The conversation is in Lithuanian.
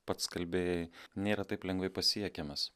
pats kalbėjai nėra taip lengvai pasiekiamas